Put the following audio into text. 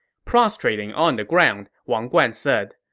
prostrating on the ground, wang guan said,